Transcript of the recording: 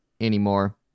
anymore